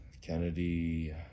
Kennedy